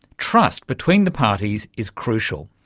trust between the parties is crucial.